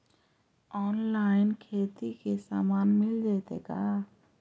Online खेती के सामान मिल जैतै का?